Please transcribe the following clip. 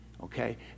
Okay